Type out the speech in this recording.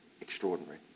extraordinary